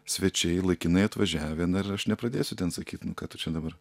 svečiai laikinai atvažiavę na ir aš nepradėsiu ten sakyt nu ką tu čia dabar